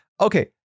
okay